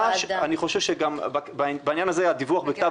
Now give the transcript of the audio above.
אני חושב שגם בעניין הזה הדיווח בכתב,